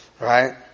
Right